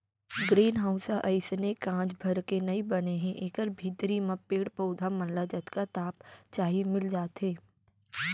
green house ह अइसने कांच भर के नइ बने हे एकर भीतरी म पेड़ पउधा मन ल जतका ताप चाही मिल जाथे